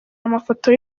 amafoto